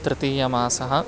तृतीयमासः